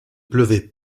pleuvait